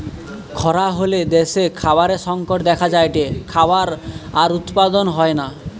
খরা হলে দ্যাশে খাবারের সংকট দেখা যায়টে, খাবার আর উৎপাদন হয়না